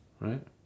right